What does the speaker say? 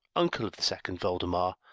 uncle of the second voldemar,